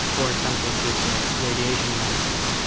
or in some cases ah radiation monitoring.